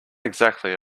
exactly